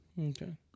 Okay